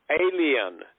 alien